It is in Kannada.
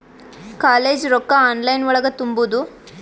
ಕಾಲೇಜ್ ರೊಕ್ಕ ಆನ್ಲೈನ್ ಒಳಗ ತುಂಬುದು?